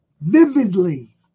Vividly